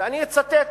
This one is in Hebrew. ואני אצטט